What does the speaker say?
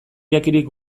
jakirik